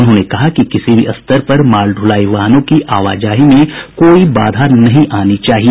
उन्होंने कहा कि किसी भी स्तर पर माल ढुलाई वाहनों की आवाजाही में कोई बाधा नहीं आनी चाहिए